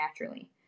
naturally